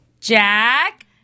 Jack